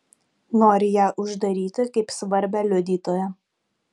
nori ją uždaryti kaip svarbią liudytoją